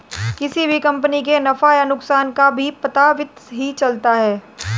किसी भी कम्पनी के नफ़ा या नुकसान का भी पता वित्त ही चलता है